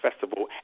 festival